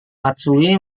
matsui